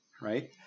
right